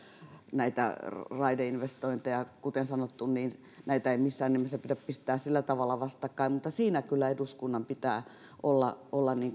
näitä raideinvestointeja kuten sanottu näitä ei missään nimessä pidä pistää sillä tavalla vastakkain mutta siinä kyllä eduskunnan pitää olla olla